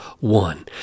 one